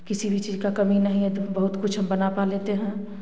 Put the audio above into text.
किसी भी चीज़ का कमी नहीं है तो फिर बहुत कुछ हम बना पा लेते हैं